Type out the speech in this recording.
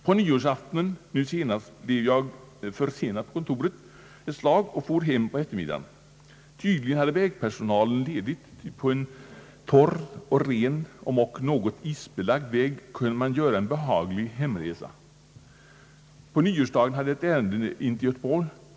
På nyårsaftonen blev jag försenad på kontoret. Då jag på eftermiddagen for hem hade vägpersonalen tydligen ledigt, ty på en torr och ren om också något isbelagd väg kunde man göra en behaglig hemresa. På nyårsdagen hade jag ett ärende in till Göteborg.